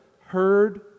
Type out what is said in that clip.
heard